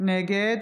נגד